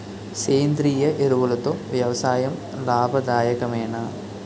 సేంద్రీయ ఎరువులతో వ్యవసాయం లాభదాయకమేనా?